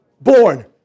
Born